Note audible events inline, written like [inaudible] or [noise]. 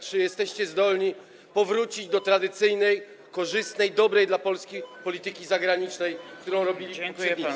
Czy jesteście zdolni powrócić [noise] do tradycyjnej, korzystnej, dobrej dla Polski polityki zagranicznej, którą prowadzili poprzednicy?